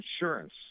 insurance